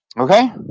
Okay